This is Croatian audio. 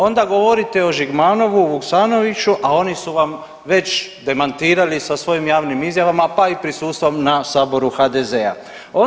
Onda govorite o Žigmanovu, Vuksanoviću, a oni su vam već demantirali sa svojim javnim izjavama pa i prisustvom na saboru HDZ-a.